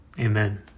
amen